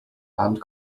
and